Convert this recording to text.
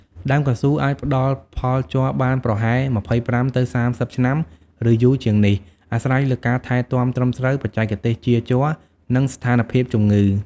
ដើមកៅស៊ូអាចផ្តល់ផលជ័របានប្រហែល ២៥ ទៅ ៣០ ឆ្នាំ ឬយូរជាងនេះ អាស្រ័យលើការថែទាំត្រឹមត្រូវ បច្ចេកទេសចៀរជ័រ និងស្ថានភាពជំងឺ។